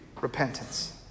repentance